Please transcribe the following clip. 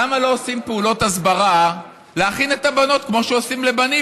למה לא עושים פעולות הסברה להכין את הבנות כמו שעושים לבנים?